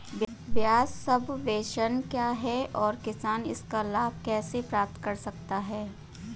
ब्याज सबवेंशन क्या है और किसान इसका लाभ कैसे प्राप्त कर सकता है?